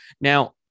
Now